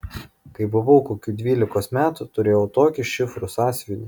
kai buvau kokių dvylikos metų turėjau tokį šifrų sąsiuvinį